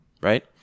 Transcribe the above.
right